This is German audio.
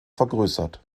vergrößert